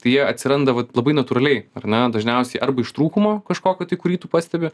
tai jie atsiranda va labai natūraliai ar ne dažniausiai arba iš trūkumo kažkokio tai kurį pastebi